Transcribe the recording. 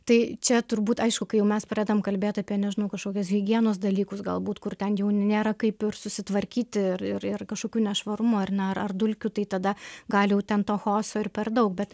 tai čia turbūt aišku kai mes pradedam kalbėt apie nežinau kažkokius higienos dalykus galbūt kur ten nė nėra kaip ir susitvarkyti ir ir kažkokių nešvarumų ar ne ar dulkių tai tada gal jau ten to chaoso ir per daug bet